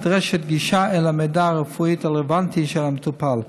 נדרשת גישה אל המידע הרפואי הרלוונטי של המטופל.